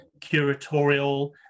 curatorial